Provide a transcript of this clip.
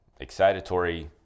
excitatory